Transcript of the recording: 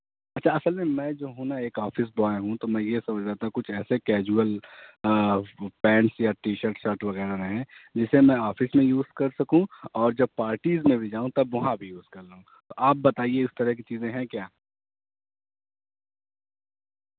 اچھا اصل میں میں جو ہوں ںا ایک آفس بوائے ہوں تو میں یہ سوچ رہا تھا کچھ ایسے کیجئل پینٹس یا ٹی شرٹ شرٹ وغیرہ رہیں جسے میں آفس میں یوز کر سکوں اور جب پارٹیز میں بھی جاؤں تب وہاں بھی یوز کر لوں گا تو آپ بتائیے اس طرح کی چیزیں ہیں کیا